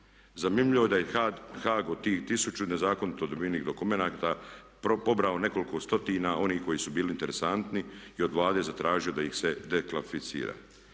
Zanimljivo je da je Hag od tih tisuću nezakonito dobivenih dokumenata pobrao nekoliko stotina onih koji su bili interesantni i od Vlade zatražio da ih se deklasificira.